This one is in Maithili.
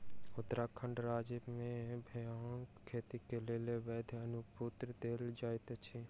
उत्तराखंड राज्य मे भांगक खेती के लेल वैध अनुपत्र देल जाइत अछि